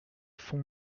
font